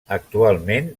actualment